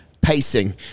pacing